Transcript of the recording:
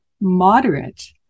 moderate